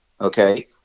okay